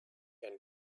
and